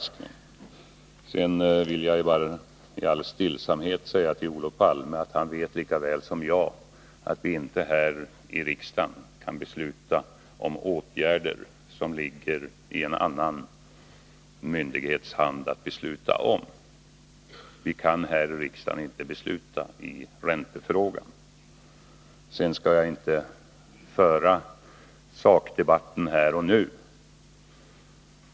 Sedan vill jag bara i all stillsamhet säga till Olof Palme att han lika väl som jag vet att vi inte här i riksdagen kan besluta om åtgärder som det ligger i en annan myndighets hand att besluta om. Vi kan här i riksdagen inte besluta i räntefrågan. Sedan skall jag inte föra en sakdebatt här och nu.